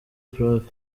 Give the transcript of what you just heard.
prof